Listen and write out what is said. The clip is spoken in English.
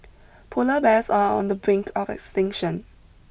polar bears are on the brink of extinction